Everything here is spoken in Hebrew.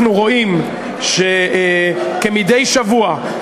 אנחנו רואים שכמדי שבוע,